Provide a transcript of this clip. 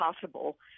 possible